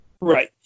Right